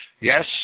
Yes